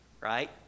Right